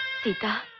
sita.